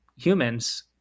humans